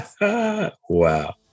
Wow